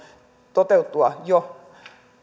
toteutua jo